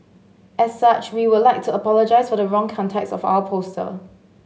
as such we would like to apologise for the wrong context of our poster